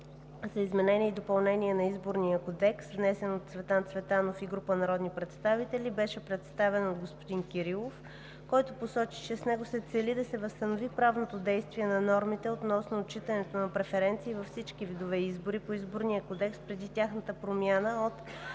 за изменение и допълнение на Изборния кодекс, № 954-01-8, внесен от Цветан Цветанов и група народни представители, беше представен от господин Кирилов, който посочи, че с него се цели да се възстанови правното действие на нормите относно отчитането на преференциите във всички видове избори по Изборния кодекс преди тяхната промяна на